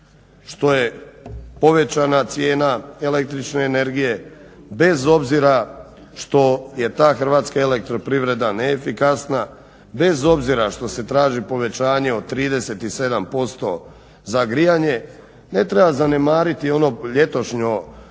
što je povećana cijena električne energije, bez obzira što je taj HEP neefikasan, bez obzira što se traži povećanje od 37% za grijanje. Ne treba zanemariti ono ljetošnje